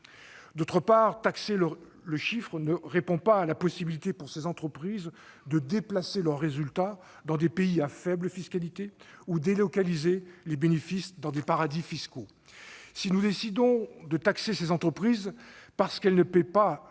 outre, il ne répond pas à la possibilité dont disposent ces entreprises de déplacer leur résultat dans des pays à faible fiscalité ou de délocaliser les bénéfices dans des paradis fiscaux. Si nous décidons de taxer ces entreprises qui ne paient pas